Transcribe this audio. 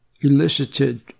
elicited